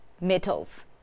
metals